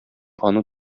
аны